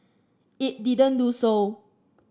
it did not do so